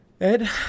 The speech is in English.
Ed